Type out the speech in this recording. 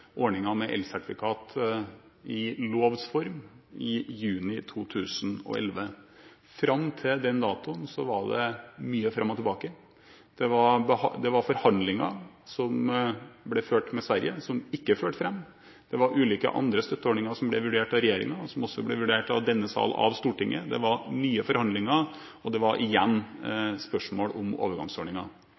med elsertifikat i lovs form i juni 2011. Fram til da var det mye fram og tilbake. Det ble ført forhandlinger med Sverige som ikke førte fram. Det var ulike andre støtteordninger som ble vurdert av regjeringen, og som også ble vurdert av denne salen – av Stortinget. Det var mange forhandlinger, og det var igjen spørsmål om